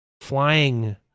flying